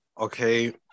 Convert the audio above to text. okay